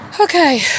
Okay